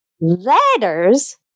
letters